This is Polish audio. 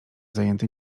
zajęty